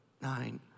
nine